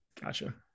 gotcha